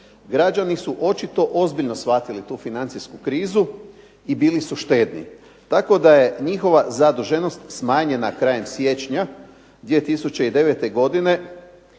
građani su očito ozbiljno shvatili tu financijsku krizu i bili su štedni, tako da je njihova zaduženost smanjena krajem siječnja 2009. godine,